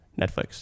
Netflix